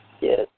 Yes